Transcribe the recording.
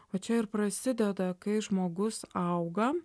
o čia ir prasideda kai žmogus auga